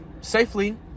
safely